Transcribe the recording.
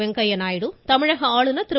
வெங்கய்ய நாயுடு தமிழக ஆளுநர் திரு